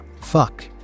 Fuck